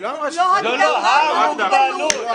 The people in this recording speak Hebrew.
--- זה לא רמת התפקוד ולא המוגבלות.